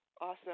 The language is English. Awesome